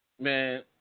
Man